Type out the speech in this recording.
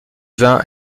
vin